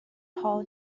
hall